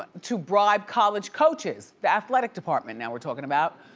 to bribe college coaches, the athletic department now we're talking about,